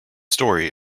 story